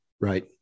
Right